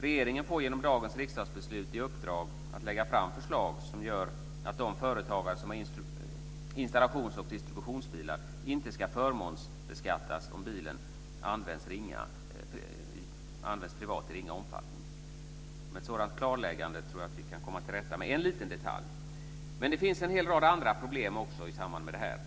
Regeringen får genom dagens riksdagsbeslut i uppdrag att lägga fram förslag som gör att de företagare som har installations och distributionsbilar inte ska förmånsbeskattas om bilarna används privat i ringa omfattning. Med ett sådant klarläggande tror jag att vi kan komma till rätta med en liten detalj. Det finns också en rad andra problem i samband med det här.